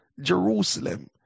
Jerusalem